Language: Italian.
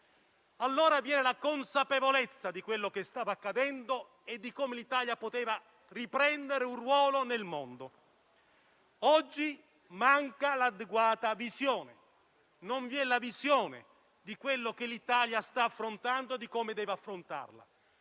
Allora vi era la consapevolezza di quello che stava accadendo e di come l'Italia poteva riprendere un ruolo nel mondo. Oggi manca l'adeguata visione. Non vi è la visione di quello che l'Italia sta affrontando e di come deve affrontarlo.